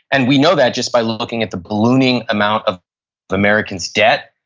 and we know that just by looking at the ballooning amount of american's debt,